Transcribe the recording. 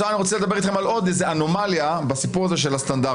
אני רוצה לדבר איתכם על עוד אנומליה בסיפור הזה של הסטנדרטים.